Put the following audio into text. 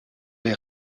les